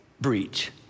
breach